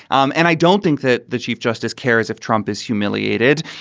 um and i don't think that the chief justice cares if trump is humiliated.